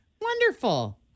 Wonderful